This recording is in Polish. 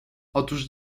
otóż